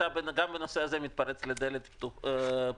אגב, בעניין הזה אתה מתפרץ לדלת פתוחה.